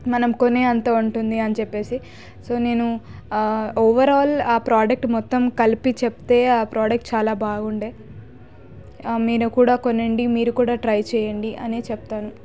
మనం కొనే అంత ఉంటుంది అని చెప్పేసి సో నేను ఓవరాల్ ఆ ప్రోడక్ట్ మొత్తం కలిపి చెప్తే ఆ ప్రోడక్ట్ చాలా బాగుండే మీరు కూడా కొనండి మీరు కూడా ట్రై చేయండి అనే చెప్తాను